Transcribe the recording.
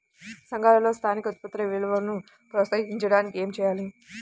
సంఘాలలో స్థానిక ఉత్పత్తుల విలువను ప్రోత్సహించడానికి ఏమి చేయాలి?